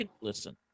Listen